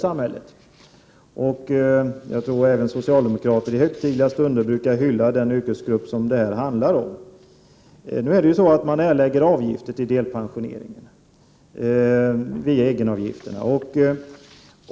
Jag tror att även socialdemokrater i högtidliga stunder brukar hylla den yrkesgrupp som det här rör sig om. Man erlägger avgifter till delpensioneringen via egenavgifterna.